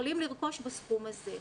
יכולים לרכוש בסכום הזה.